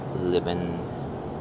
living